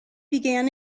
began